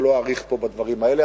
ולא אאריך פה בדברים האלה,